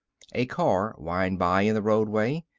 a car whined by in the roadway.